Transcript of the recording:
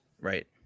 Right